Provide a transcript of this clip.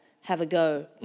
have-a-go